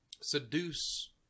seduce